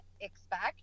expect